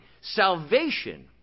salvation